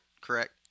correct